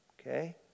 okay